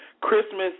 Christmas